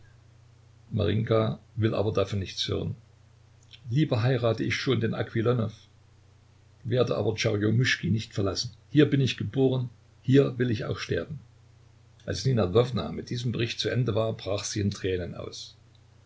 will aber davon nichts hören lieber heirate ich schon den aquilonow werde aber tscherjomuschki nicht verlassen hier bin ich geboren hier will ich auch sterben als nina ljwowna mit diesem bericht zu ende war brach sie in tränen aus